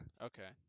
Okay